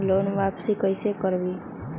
Loan वापसी कैसे करबी?